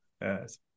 yes